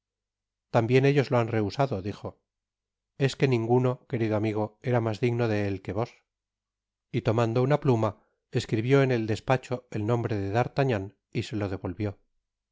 tambien ellos lo han rehusado dijo es que ninguno querido amigo era mas digno de él que vos y tomando una pluma escribió en el despacho el nombre de d'arlagnan y se lo devolvió